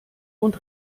und